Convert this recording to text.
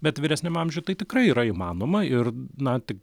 bet vyresniam amžiuj tai tikrai yra įmanoma ir na